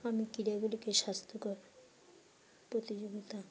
আমি ক্রীড়াগুলিকে স্বাস্থ্যকর প্রতিযোগিতা